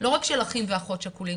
לא רק של אחים ואחיות שכולים,